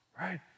right